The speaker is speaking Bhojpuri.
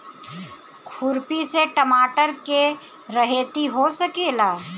खुरपी से टमाटर के रहेती हो सकेला?